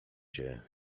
cię